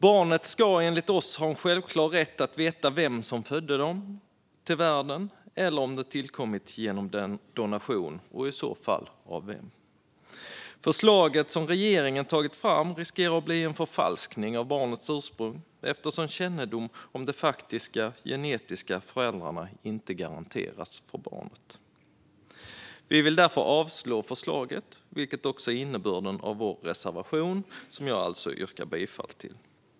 Barnet ska enligt oss ha en självklar rätt att veta vem som födde det till världen eller om det tillkommit genom donation och i så fall av vem. Förslaget som regeringen tagit fram riskerar att bli en förfalskning av barnets ursprung, eftersom kännedom om de faktiska genetiska föräldrarna inte garanteras för barnet. Vi vill därför avslå förslaget, vilket också är innebörden av vår reservation som jag yrkar bifall till.